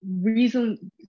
reason